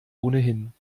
ohnehin